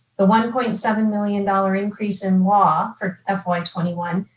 the one point seven million dollars increase in law for fy twenty one,